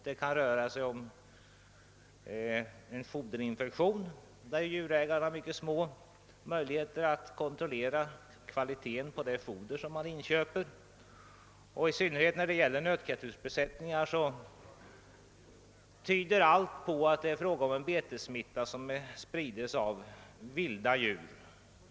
Det kan röra sig om en foderinfektion, där djurägaren knappast kan kontrollera kvaliteten på det foder som han inköper. I synnerhet när det gäller nötkreatursbesättningar tyder allt på att det är fråga om en betessmitta som sprids av vilda djur.